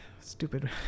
stupid